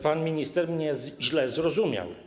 Pan minister mnie źle zrozumiał.